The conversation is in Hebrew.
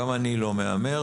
גם אני לא מהמר.